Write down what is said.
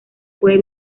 puede